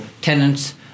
tenants